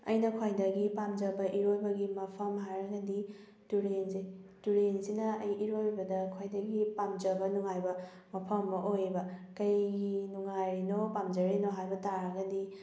ꯑꯩꯅ ꯈ꯭ꯋꯥꯏꯗꯒꯤ ꯄꯥꯝꯖꯕ ꯏꯔꯣꯏꯕꯒꯤ ꯃꯐꯝ ꯍꯥꯏꯔꯒꯗꯤ ꯇꯨꯔꯦꯟꯁꯦ ꯇꯨꯔꯦꯟꯁꯤꯅ ꯑꯩ ꯏꯔꯣꯏꯕꯗ ꯈ꯭ꯋꯥꯏꯗꯒꯤ ꯄꯥꯝꯖꯕ ꯅꯨꯡꯉꯥꯏꯕ ꯃꯐꯝ ꯑꯃ ꯑꯣꯏꯌꯦꯕ ꯀꯩꯒꯤ ꯅꯨꯡꯉꯥꯏꯔꯤꯅꯣ ꯄꯥꯝꯖꯔꯤꯅꯣ ꯍꯥꯏꯕ ꯇꯥꯔꯒꯗꯤ